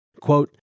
Quote